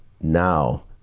now